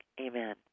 Amen